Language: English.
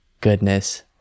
goodness